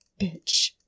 Bitch